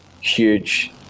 huge